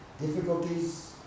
difficulties